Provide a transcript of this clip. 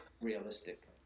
realistic